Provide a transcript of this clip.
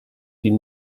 die